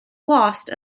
lost